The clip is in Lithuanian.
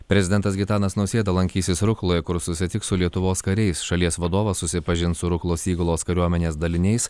prezidentas gitanas nausėda lankysis rukloje kur susitiks su lietuvos kariais šalies vadovas susipažins su ruklos įgulos kariuomenės daliniais